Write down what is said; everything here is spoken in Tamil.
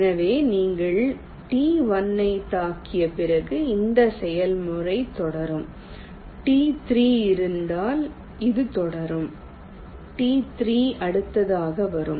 எனவே நீங்கள் T1 ஐத் தாக்கிய பிறகு இந்த செயல்முறை தொடரும் T3 இருந்தால் இது தொடரும் T3 அடுத்ததாக வரும்